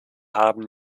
haben